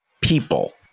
people